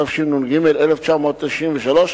התשנ"ג 1993,